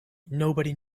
nobody